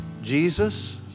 Jesus